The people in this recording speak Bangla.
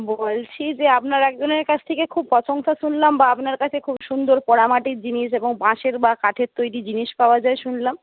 বলছি যে আপনার একজনের কাছ থেকে খুব প্রশংসা শুনলাম বা আপনার কাছে খুব সুন্দর পোড়ামাটির জিনিস এবং বাঁশের বা কাঠের তৈরি জিনিস পাওয়া যায় শুনলাম